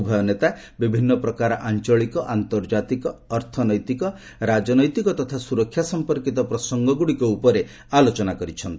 ଉଭୟ ନେତା ବିଭିନ୍ନ ପ୍ରକାର ଆଞ୍ଚଳିକ ଆନ୍ତର୍ଜାତିକ ଅର୍ଥନୈତିକ ରାଜନୈତିକ ତଥା ସ୍ୱରକ୍ଷା ସମ୍ପର୍କିତ ପ୍ରସଙ୍ଗଗୁଡ଼ିକ ଉପରେ ଆଲୋଚନା କରିଛନ୍ତି